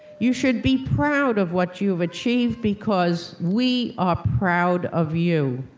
you should be proud of what you've achieved, because we are proud of you.